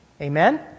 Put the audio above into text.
Amen